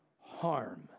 harm